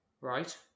right